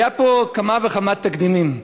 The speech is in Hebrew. היו פה כמה וכמה תקדימים.